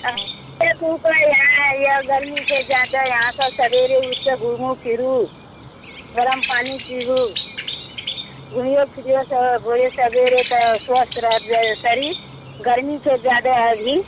आउ देखू कोइ आयल यऽ गर्मी छै जादे अहाँसब सबेरे उठिकऽ घुमू फिरू गरम पानि पीबू घुमियौ फिरियौ सब भोरे सवेरे तऽ स्वस्थ रहत शरीर गर्मी छै जादे अभी